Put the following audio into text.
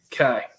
Okay